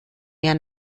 mehr